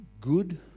good